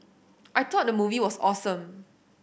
I thought the movie was awesome